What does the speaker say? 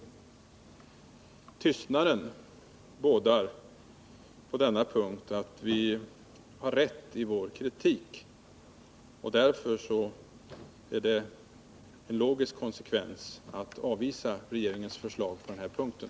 Elver Jonssons tystnad på denna punkt tyder på att vi har rätt i vår kritik. Därför är det en logisk konsekvens att avvisa regeringens förslag på den här punkten.